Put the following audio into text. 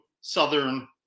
southern